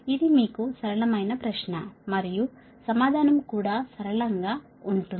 ఇది మీకు సరళమైన ప్రశ్న మరియు సమాధానం కూడా సరళంగా ఉంటుంది